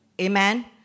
Amen